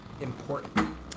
important